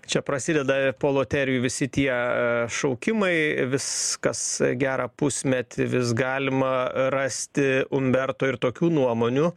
čia prasideda po loterijų visi tie šaukimai vis kas gerą pusmetį vis galima rasti umberto ir tokių nuomonių